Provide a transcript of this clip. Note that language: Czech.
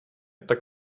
tak